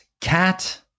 cat